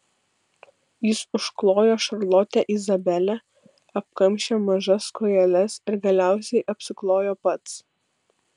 jis užklojo šarlotę izabelę apkamšė mažas kojeles ir galiausiai apsiklojo pats